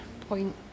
point